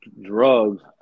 drugs